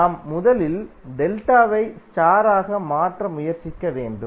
நாம் முதலில் டெல்டாவை ஸ்டார் ஆக மாற்ற முயற்சிக்க வேண்டும்